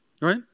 right